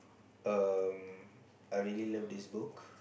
um I really love this book